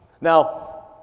Now